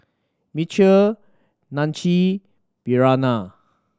Mitchel Nanci Briana